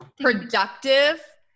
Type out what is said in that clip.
productive